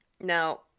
Now